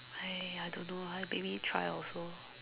!aiya! I don't know lah maybe try also